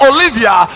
Olivia